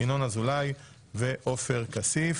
ינון אזולאי ועופר כסיף.